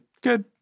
good